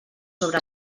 sobre